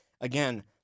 again